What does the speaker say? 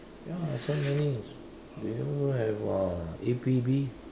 ya so many is the also have uh A_P_B